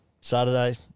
Saturday